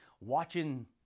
watching